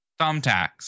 thumbtacks